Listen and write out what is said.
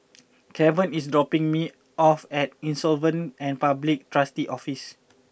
Keven is dropping me off at Insolvency and Public Trustee's Office